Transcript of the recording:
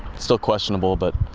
still questionable but.